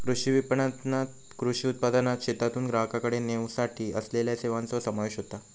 कृषी विपणणात कृषी उत्पादनाक शेतातून ग्राहकाकडे नेवसाठी असलेल्या सेवांचो समावेश होता